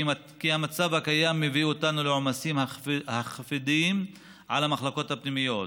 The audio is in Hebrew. כי המצב הקיים מביא אותנו לעומסים הכבדים על המחלקות הפנימיות.